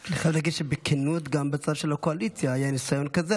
אני חייב להגיד בכנות שגם בצד של הקואליציה היה ניסיון כזה.